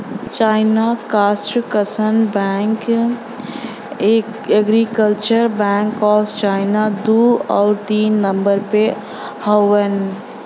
China construction bank, agriculture bank of China दू आउर तीन नम्बर पे हउवन